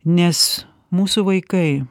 nes mūsų vaikai